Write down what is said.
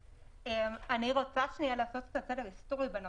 אני רוצה לעשות קצת סדר היסטורי בנושא.